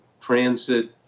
transit